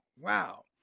Wow